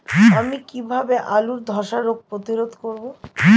আমি কিভাবে আলুর ধ্বসা রোগ প্রতিরোধ করব?